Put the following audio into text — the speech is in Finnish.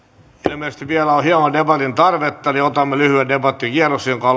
ilmeisesti vielä on hieman debatin tarvetta joten otamme lyhyen debattikierroksen